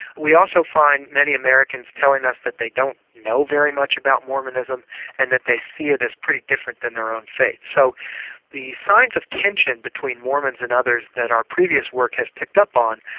we also find many americans telling us that they don't know very much about mormonism and that they see it as pretty different than their own faith. so the signs of tension between mormons and others that our previous work has picked up on,